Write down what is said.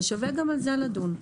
שווה גם בזה לדון.